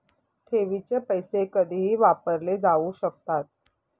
ठेवीचे पैसे कधीही वापरले जाऊ शकतात